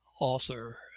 author